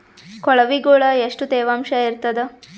ಕೊಳವಿಗೊಳ ಎಷ್ಟು ತೇವಾಂಶ ಇರ್ತಾದ?